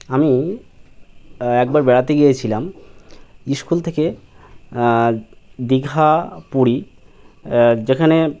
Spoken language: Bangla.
আমি একবার বেড়াতে গিয়েছিলাম স্কুল থেকে দীঘা পুরী যেখানে